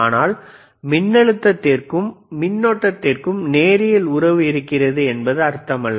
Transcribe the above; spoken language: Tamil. ஆனால் மின்னழுத்தத்திற்கும் மின்னோட்டத்திற்கும் நேரியல் உறவு இருக்கிறது என்று அர்த்தமல்ல